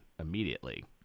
immediately